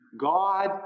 God